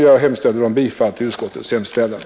Jag yrkar bifall till utskottets hemställan.